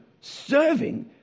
serving